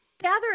gather